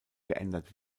geändert